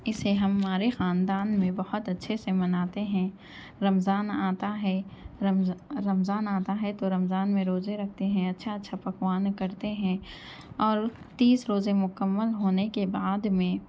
اسے ہمارے خاندان میں بہت اچّھے سے مناتے ہیں رمضان آتا ہے رمضان رمضان آتا ہے تو رمضان میں روزے رکھتے ہیں اچّھا اچّھا پکوان کرتے ہیں اور تیس روزے مکمل ہونے کے بعد میں